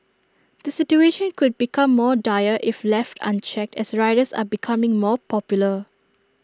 the situation could become more dire if left unchecked as riders are becoming more popular